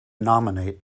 nominate